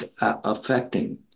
affecting